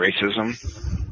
racism